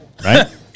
Right